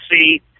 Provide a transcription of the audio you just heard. see